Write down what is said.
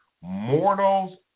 mortals